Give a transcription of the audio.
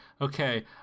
Okay